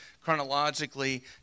chronologically